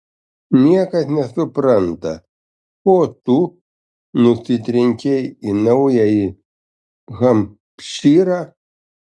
niekas nesupranta ko tu nusitrenkei į naująjį hampšyrą